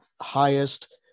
highest